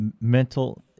mental